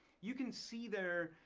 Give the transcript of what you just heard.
you can see their,